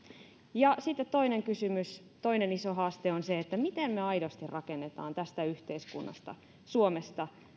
ja sitten toinen kysymys toinen iso haaste on se miten me aidosti rakennamme tästä yhteiskunnasta suomesta